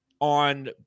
on